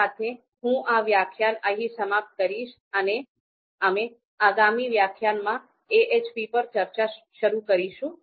આ સાથે હું આ વ્યાખ્યાનને અહિયાં સમાપ્ત કરીશ અને અમે આગામી વ્યાખ્યાનમાં AHP પર ચર્ચા શરૂ કરીશું